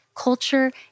culture